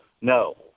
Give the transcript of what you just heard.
no